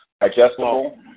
adjustable